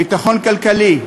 ביטחון כלכלי,